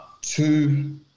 two